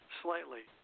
slightly